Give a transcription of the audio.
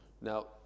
Now